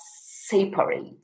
separate